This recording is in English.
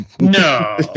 No